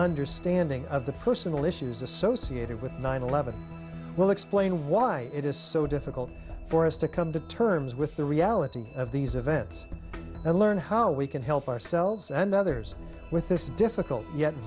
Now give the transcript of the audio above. understanding of the personal issues associated with nine eleven will explain why it is so difficult for us to come to terms with the reality of these events and learn how we can help ourselves and others with this difficult yet